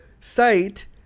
site